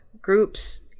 groups